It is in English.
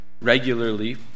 regularly